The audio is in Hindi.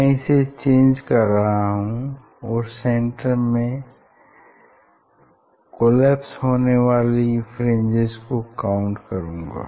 मैं इसे चेंज कर रहा हूँ और साथ में सेन्टर में कोलैप्स होने वाली फ्रिंजेस को काउंट भी करूँगा